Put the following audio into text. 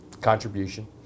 contribution